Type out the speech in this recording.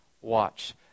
watch